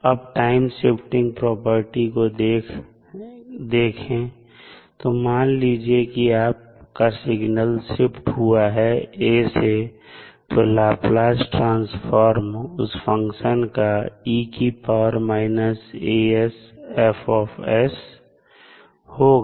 अब time shifting property को देखें तो मान लीजिए कि आप का सिग्नल शिफ्ट हुआ है "a" से तो लाप्लास ट्रांसफार्म उस फंक्शन का होगा